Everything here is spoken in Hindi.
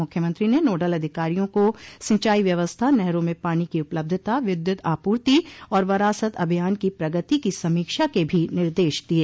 मुख्यमंत्री ने नोडल अधिकारियों को सिंचाई व्यवस्था नहरों में पानी की उपलब्धता विद्यूत आपूर्ति और वरासत अभियान की प्रगति की समीक्षा के भी निर्देश दिये